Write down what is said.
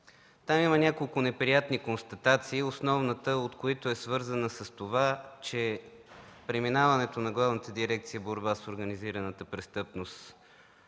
Там има няколко неприятни констатации, основната от които е свързана с това, че преминаването на Главната дирекция „Борба с организираната престъпност“